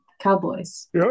Cowboys